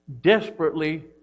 desperately